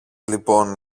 λοιπόν